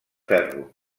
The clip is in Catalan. ferro